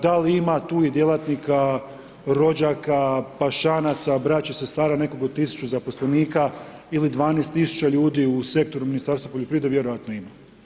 Da li ima tu i djelatnika, rođaka, pašanaca, braće, sestara nekog od tisuću zaposlenika ili 12 tisuća ljudi u sektoru Ministarstva poljoprivrede, vjerojatno ima.